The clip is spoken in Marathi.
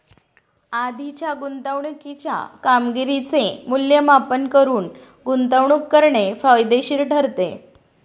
आधीच्या गुंतवणुकीच्या कामगिरीचे मूल्यमापन करून गुंतवणूक करणे फायदेशीर ठरते